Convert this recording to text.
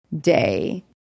day